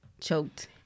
choked